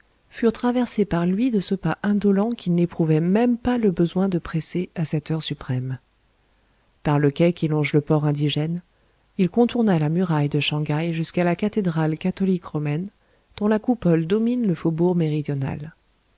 furent traversés par lui de ce pas indolent qu'il n'éprouvait même pas le besoin de presser à cette heure suprême par le quai qui longe le port indigène il contourna la muraille de shang haï jusqu'à la cathédrale catholique romaine dont la coupole domine le faubourg méridional